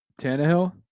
Tannehill